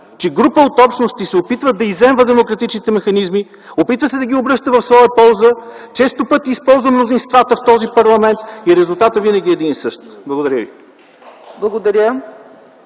че група от общности се опитва да изземва демократичните механизми, опитва се да ги обръща в своя полза, често пъти използва мнозинствата в този парламент и резултатът винаги е един и същ. Благодаря Ви.